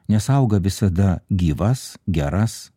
nes auga visada gyvas geras